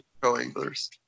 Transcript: co-anglers